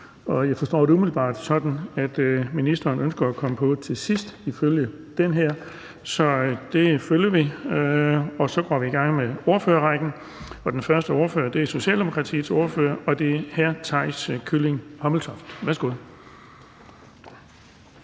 Jeg forstår det umiddelbart sådan, at ministeren ønsker at komme på til sidst, så det følger vi. Så går vi i gang med ordførerrækken. Den første ordfører er Socialdemokratiets ordfører hr. Theis Kylling Hommeltoft. Værsgo.